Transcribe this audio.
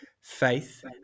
faith